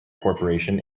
corporation